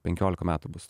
penkiolika metų bus